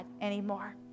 anymore